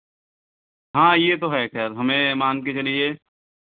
हाँ ये तो है खैर हमें मान के चलिए